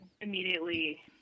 immediately